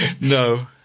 no